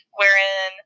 wherein